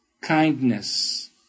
kindness